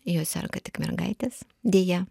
juo serga tik mergaitės dėja